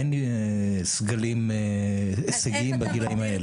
אין סגלים הישגיים בגילאים האלה.